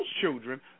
children